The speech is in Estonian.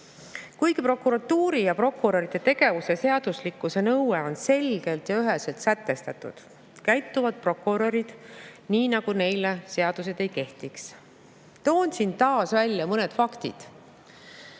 prokuratuuri ja prokuröride tegevuse seaduslikkuse nõue on selgelt ja üheselt sätestatud, käituvad prokurörid nii, nagu neile seadused ei kehtiks. Toon siin taas välja mõned faktid.